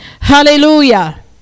Hallelujah